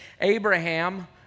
Abraham